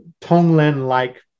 tonglen-like